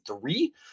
three